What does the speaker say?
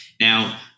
Now